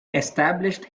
established